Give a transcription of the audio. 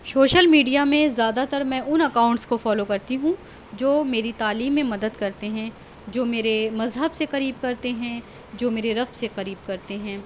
social media میں زیادہ تر میں ان اکاؤنٹس کو فالو کرتی ہوں جو میری تعلیم میں مدد کرتے ہیں جو میرے مذہب سے قریب کرتے ہیں جو میرے رب سے قریب کرتے ہیں